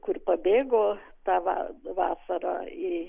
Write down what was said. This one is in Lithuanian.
kur pabėgo tą vą vasarą